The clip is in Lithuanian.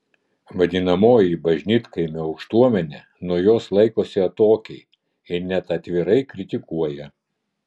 vadinamoji bažnytkaimio aukštuomenė nuo jos laikosi atokiai ar net atvirai kritikuoja